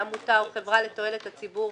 עמותה או חברה לתועלת הציבור,